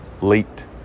late